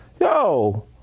Yo